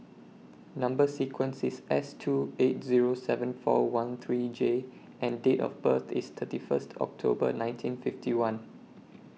Number sequence IS S two eight Zero seven four one three J and Date of birth IS thirty First October nineteen fifty one